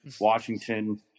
Washington